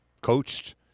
coached